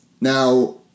Now